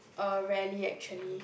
uh rarely actually